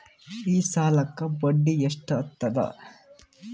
ಈ ಸಾಲಕ್ಕ ಬಡ್ಡಿ ಎಷ್ಟ ಹತ್ತದ?